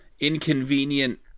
inconvenient